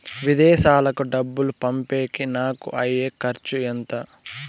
విదేశాలకు డబ్బులు పంపేకి నాకు అయ్యే ఖర్చు ఎంత?